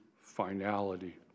finality